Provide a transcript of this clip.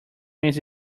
means